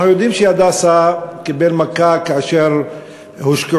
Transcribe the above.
אנחנו יודעים ש"הדסה" קיבל מכה כאשר הושקעו